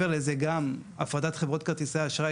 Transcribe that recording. חברי הכנסת חלקם בפגרה,